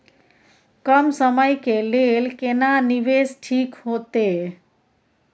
कम समय के लेल केना निवेश ठीक होते?